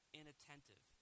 inattentive